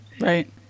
right